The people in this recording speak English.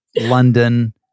London